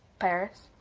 paris?